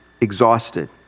exhausted